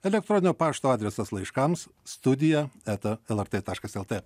elektroninio pašto adresas laiškams studija eta lrt taškas lt